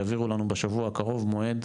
יעבירו לנו בשבוע הקרוב מועד,